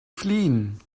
fliehen